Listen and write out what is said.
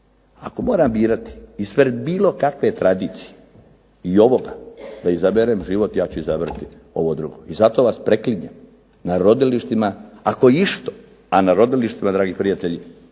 Ako moram birati ispred bilo kakve tradicije i ovoga da izaberem život ja ću izabrati ovo drugo. I zato vas preklinjem na rodilištima, ako išto, a na rodilištima dragi prijatelji